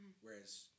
Whereas